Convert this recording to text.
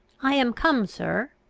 i am come, sir,